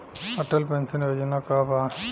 Atal pension योजना का बा?